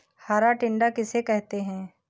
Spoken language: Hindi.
हरा टिड्डा किसे कहते हैं?